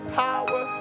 power